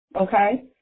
Okay